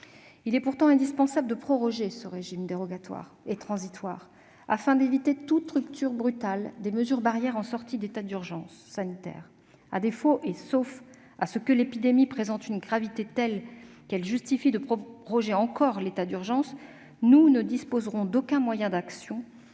Il est pourtant indispensable de proroger ce régime dérogatoire et transitoire, si l'on veut éviter toute rupture brutale des mesures barrières en sortie d'état d'urgence sanitaire. À défaut, et sauf à ce que l'épidémie présente une gravité telle qu'elle justifie de prolonger encore l'état d'urgence, nous ne disposerons d'aucun moyen d'action,